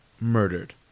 Murdered